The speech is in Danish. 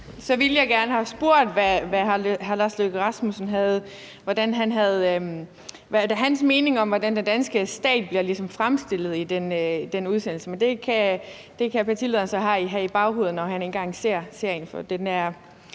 (SP): Jeg ville have spurgt hr. Lars Løkke Rasmussen om hans mening om, hvordan den danske stat ligesom bliver fremstillet i den udsendelse, men det kan partilederen så have i baghovedet, når han engang ser serien. For den